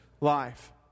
life